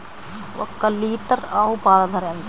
ఒక్క లీటర్ ఆవు పాల ధర ఎంత?